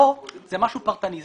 כאן זה משהו פרטני.